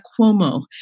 Cuomo